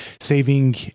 Saving